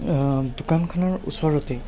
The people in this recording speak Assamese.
দোকানখনৰ ওচৰতে